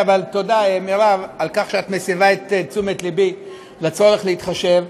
תודה מרב על כך שאת מסבה את תשומת לבי לצורך להתחשב.